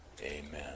Amen